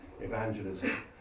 evangelism